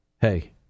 hey